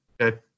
Okay